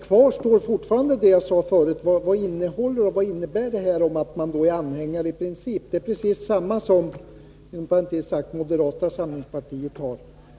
Kvar står emellertid min fråga, nämligen vad det innebär att mani princip är anhängare av en lagreglering. Samma sak har f. ö. moderata samlingspartiet